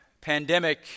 pandemic